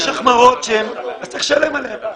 יש החמרות, אז צריך לשלם עליה.